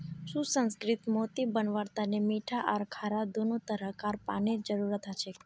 सुसंस्कृत मोती बनव्वार तने मीठा आर खारा दोनों तरह कार पानीर जरुरत हछेक